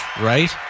right